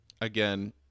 again